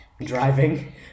Driving